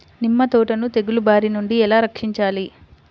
నిమ్మ తోటను తెగులు బారి నుండి ఎలా రక్షించాలి?